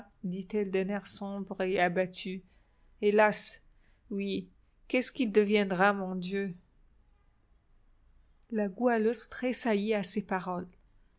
dit-elle d'un air sombre et abattu hélas oui qu'est-ce qu'il deviendra mon dieu la goualeuse tressaillit à ces paroles